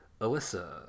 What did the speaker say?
Alyssa